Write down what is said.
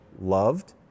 loved